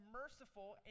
merciful